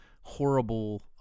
horrible